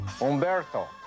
Umberto